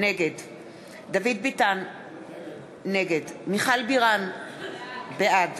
נגד דוד ביטן, נגד מיכל בירן, בעד